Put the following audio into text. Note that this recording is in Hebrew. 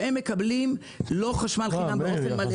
הם לא מקבלים חשמל חינם באופן מלא.